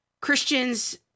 christians